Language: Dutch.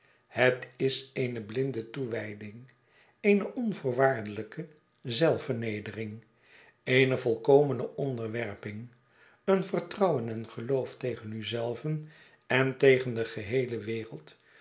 het is eene blinde toew'yding eene onvoorwaardelijke zelf vernedering eene volkomene onderwerping een vertrouwen en geloof tegen u zelven en tegen de geheele wereld